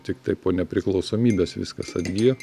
tiktai po nepriklausomybės viskas atgijo